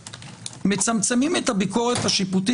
שזו המומחיות שלה.